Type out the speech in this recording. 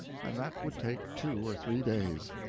and that would take two or three days.